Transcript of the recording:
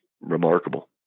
remarkable